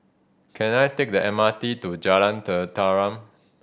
can I take the M R T to Jalan Tetaram